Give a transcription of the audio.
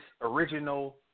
original